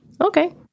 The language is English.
okay